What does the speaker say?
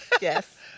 Yes